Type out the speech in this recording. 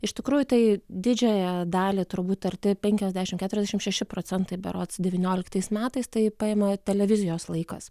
iš tikrųjų tai didžiąją dalį turbūt arti penkiasdešimt keturiasdešimt šeši procentai berods devynioliktais metais tai paima televizijos laikas